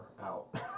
out